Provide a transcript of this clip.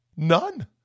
None